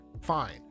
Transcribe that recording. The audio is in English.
fine